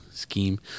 scheme